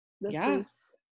Yes